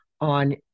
on